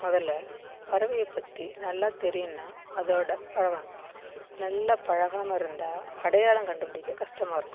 முதல்ல பறவையை பற்றி நல்லா தெரியும்னால் அதோடு பழகணும் நல்லா பழகாமல் இருந்தால் அடையாளம் கண்டுபிடிக்க கஷ்டமா இருக்கும்